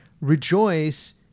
rejoice